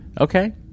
Okay